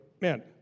man